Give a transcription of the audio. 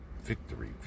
victory